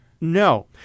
No